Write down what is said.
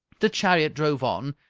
the chariot drove on,